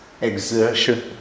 exertion